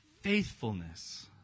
Faithfulness